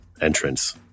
entrance